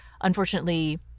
Unfortunately